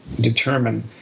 determine